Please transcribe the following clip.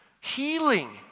healing